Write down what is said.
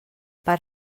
per